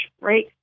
right